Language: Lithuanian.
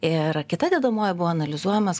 ir kita dedamoji buvo analizuojamas